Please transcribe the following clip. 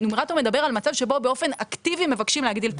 הנומרטור מדבר על מצב שבו באופן אקטיבי מבקשים להגדיל את